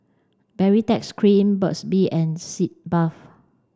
Baritex cream Burt's bee and Sitz bath